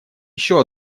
еще